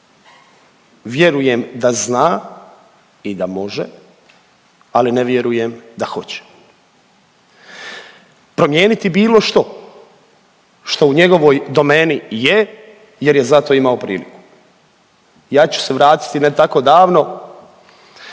vjerujem da zna i da može ali ne vjerujem da hoće promijeniti bilo što što u njegovoj domeni je jer je za to imao priliku. Ja ću se vratiti ne tako davno